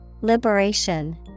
liberation